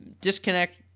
disconnect—